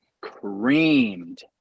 creamed